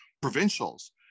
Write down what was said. provincials